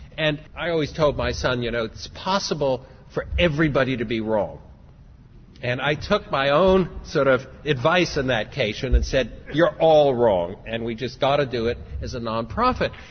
and i always told my son you know it's possible for everybody everybody to be wrong and i took my own sort of advice on that occasion and said you're all wrong and we've just got to do it as a non-profit.